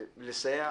לסייע.